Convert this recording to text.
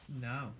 No